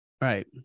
Right